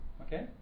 Okay